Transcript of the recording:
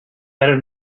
better